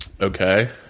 Okay